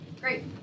Great